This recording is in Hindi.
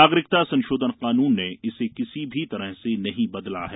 नागरिकता संशोधन कानून ने इसे किसी भी तरह से नहीं बदला है